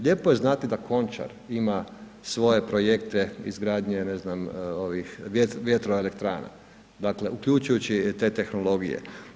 Lijepo je znati da Končar ima svoje projekte izgradnje ne znam vjetroelektrana, dakle uključujući i te tehnologije.